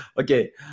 Okay